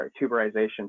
tuberization